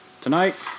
tonight